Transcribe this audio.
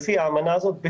לפי האמנה הזאת,